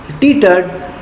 teetered